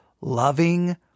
loving